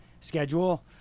schedule